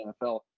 NFL